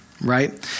right